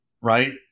right